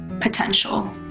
potential